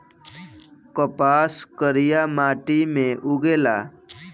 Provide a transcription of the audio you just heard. कपास करिया माटी मे उगेला